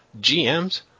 GMs